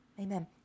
Amen